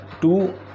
two